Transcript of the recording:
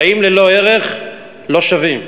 חיים ללא ערך לא שווים.